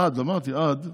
אמרתי "עד",